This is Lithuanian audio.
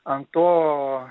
ant to